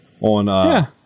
on